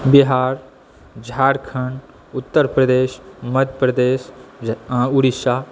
Bihar Jharkhand Uttar Pradesh Madhya Pradesh Orissa